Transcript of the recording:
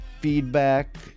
feedback